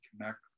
connect